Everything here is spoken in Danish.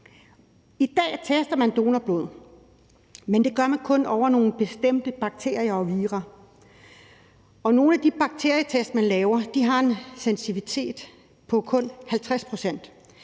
I dag tester man donorblod, men man gør det kun for nogle bestemte bakterier og vira, og nogle af de bakterietest, man laver, har en sensitivitet på kun 50 pct.